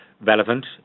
relevant